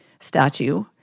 statue